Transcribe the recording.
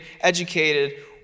educated